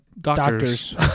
doctors